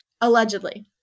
allegedly